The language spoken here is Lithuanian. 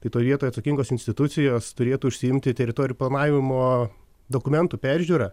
tai toj vietoj atsakingos institucijos turėtų užsiimti teritorijų planavimo dokumentų peržiūra